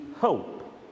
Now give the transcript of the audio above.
hope